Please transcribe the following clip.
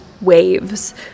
waves